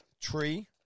tree